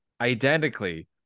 identically